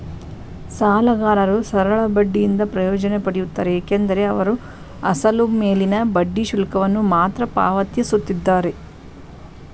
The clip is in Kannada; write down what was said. ಸಾಲಗಾರರು ಸರಳ ಬಡ್ಡಿಯಿಂದ ಪ್ರಯೋಜನ ಪಡೆಯುತ್ತಾರೆ ಏಕೆಂದರೆ ಅವರು ಅಸಲು ಮೇಲಿನ ಬಡ್ಡಿ ಶುಲ್ಕವನ್ನು ಮಾತ್ರ ಪಾವತಿಸುತ್ತಿದ್ದಾರೆ